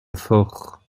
fort